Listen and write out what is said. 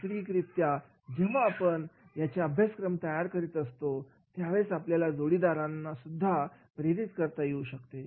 नैसर्गिकरित्या जेव्हा आपण यांचे अभ्यासक्रम तयार करीत असतो त्या वेळेस आपल्या जोडीदारांनासुद्धा प्रेरित करीत असतो